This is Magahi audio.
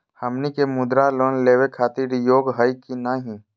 हमनी के मुद्रा लोन लेवे खातीर योग्य हई की नही?